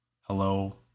hello